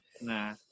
Nah